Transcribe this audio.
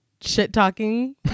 shit-talking